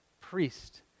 priest